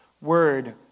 word